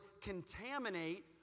contaminate